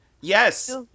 Yes